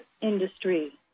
industry